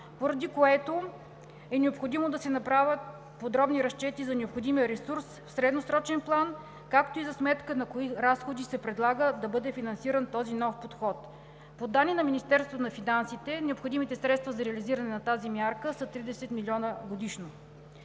поради което е необходимо да се направят подробни разчети за необходимия ресурс в средносрочен план, както и за сметка на кои разходи се предлага да бъде финансиран този нов подход. По данни на Министерството на финансите необходимите средства за реализиране на тази мярка са 30 милиона годишно.